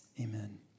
Amen